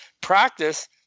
practice